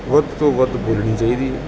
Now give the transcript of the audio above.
ਵੱਧ ਤੋਂ ਵੱਧ ਬੋਲਣੀ ਚਾਹੀਦੀ